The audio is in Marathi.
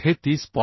तर हे 30